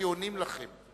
כי עונים לכם.